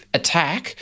attack